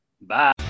Bye